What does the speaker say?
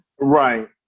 Right